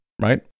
right